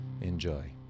Enjoy